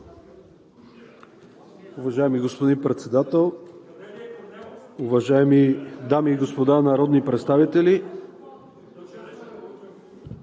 Уважаеми господин Председател, уважаеми дами и господа народни представители!